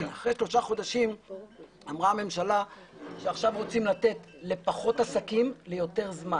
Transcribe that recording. אחרי שלושה חודשים אמרה הממשלה שעכשיו רוצים לתת לפחות עסקים ליותר זמן